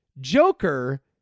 Joker